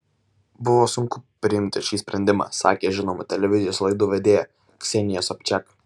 buvo sunku priimti šį sprendimą sakė žinoma televizijos laidų vedėja ksenija sobčiak